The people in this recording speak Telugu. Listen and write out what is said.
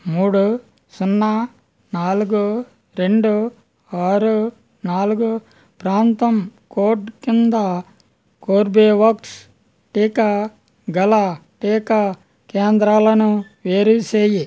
మూడు సున్నా నాలుగు రెండు ఆరు నాలుగు ప్రాంతం కోడ్ కింద కోర్బేవక్స్ టీకా గల టీకా కేంద్రాలను వేరు చేయి